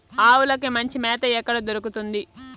ఆవులకి మంచి మేత ఎక్కడ దొరుకుతుంది?